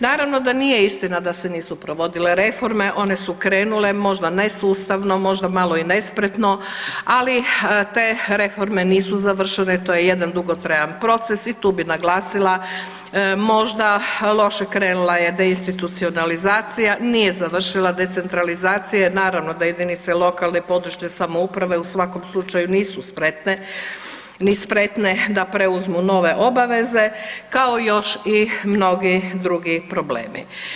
Naravno da nije istina da se nisu provodile reforme, one su krenule, možda ne sustavno, možda malo i nespretno, ali te reforme nisu završene, to je jedan dugotrajan proces i tu bi naglasila možda loše krenula je deinstitucionalizacija, nije završila decentralizacija jer naravno da jedinice lokalne i područje samouprave u svakom slučaju nisu spretne, ni spretne da preuzmu nove obaveze, kao još i mnogi drugi problemi.